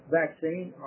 vaccine